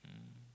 um